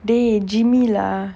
they jimmy lah